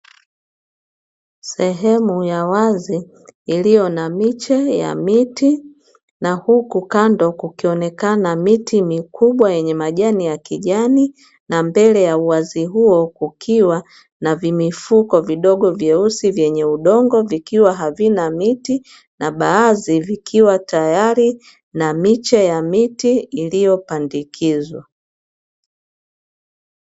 Sehemu ya wazi iliyo na miche ya miti, na huku kando kukionekana miti mikubwa yenye majani ya kijani, na mbele ya uwazi huo kukiwa na vimifuko vidogo vyeusi vyenye udongo vikiwa havina miti, na baadhi vikiwa tayari na miche ya miti iliyopandikizwa.